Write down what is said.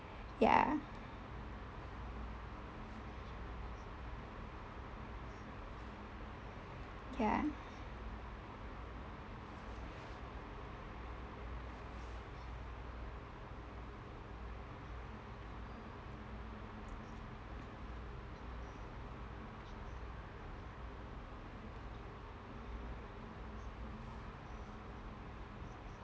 ya ya